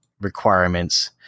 requirements